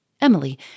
Emily